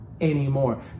anymore